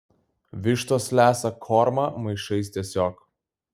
vištos lesa kormą maišais tiesiog